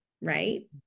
right